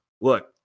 look